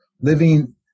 living